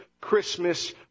Christmas